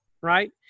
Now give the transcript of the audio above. right